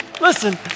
Listen